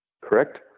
Correct